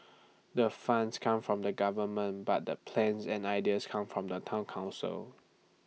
the funds come from the government but the plans and ideas come from the Town Council